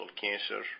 cancer